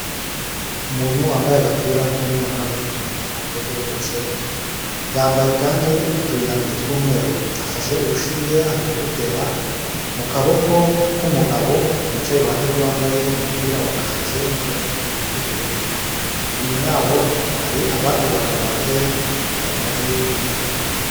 Umuntu wambaye agapira k'umweru n'agapfukamunwa k'ubururu bwererutse yambaye kandi uturindantokiw'umweru afashe urushinge ari kurutera mu kaboko k'umugabo wicaye iruhande rwambaye umupira wa kake n'agapfukamunwa k'ubururu inyuma yabo hari abandi bagabo bambaye amatabura y'umweru.